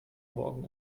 morgen